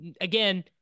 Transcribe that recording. Again